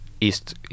East